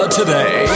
today